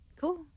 cool